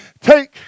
take